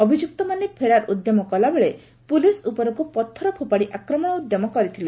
ଅଭିଯୁକ୍ତମାନେ ଫେରାର୍ ଉଦ୍ୟମ କଲାବେଳେ ପୁଲିସ୍ ଉପରକୁ ପଥର ଫୋପାଡ଼ି ଆକ୍ରମଣ ଉଦ୍ୟମ କରିଥିଲେ